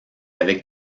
avec